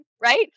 Right